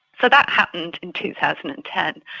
so that happened in two thousand and ten.